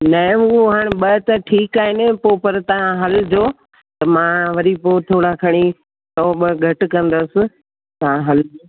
न उहो हाणे ॿ त ठीकु आहिनि पोइ पर तव्हां हलिजो त मां वरी पोइ थोरा खणी सौ ॿ घटि कंदसि तव्हां हल